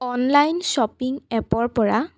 online shopping এপৰপৰা